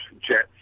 jets